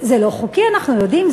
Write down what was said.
זה לא חוקי, אנחנו יודעים.